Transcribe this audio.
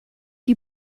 you